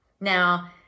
Now